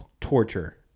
torture